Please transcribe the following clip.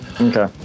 Okay